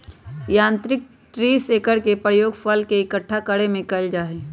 यांत्रिक tree shaker के प्रयोग फल के इक्कठा करे में कइल जाहई